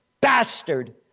bastard